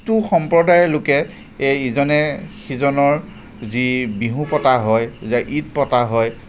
টো সম্প্ৰদায়ৰ লোকে ইজনে সিজনৰ যি বিহু পতা হয় যে ঈদ পতা হয়